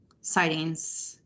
sightings